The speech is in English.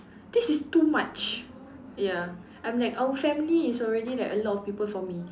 this is too much ya I'm like our family is already like a lot of people for me